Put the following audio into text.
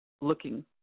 looking